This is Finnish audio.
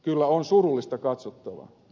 kyllä on surullista katsottavaa